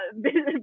business